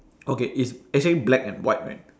okay it's actually black and white right